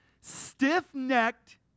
Stiff-necked